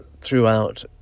throughout